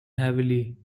heavily